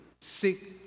Seek